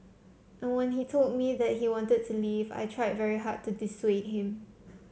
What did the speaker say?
and when he told me that he wanted to leave I tried very hard to dissuade him